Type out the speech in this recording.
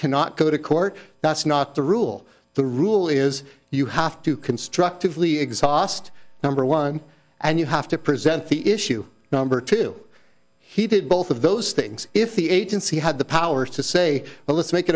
cannot go to court that's not the rule the rule is you have to constructively exhaust number one and you have to present the issue number two he did both of those things if the agency had the power to say well let's make